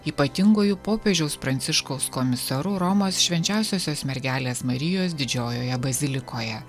ypatinguoju popiežiaus pranciškaus komisaru romos švenčiausiosios mergelės marijos didžiojoje bazilikoje